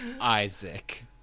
Isaac